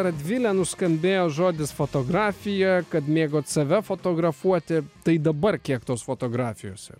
radvile nuskambėjo žodis fotografija kad mėgot save fotografuoti tai dabar kiek tos fotografijos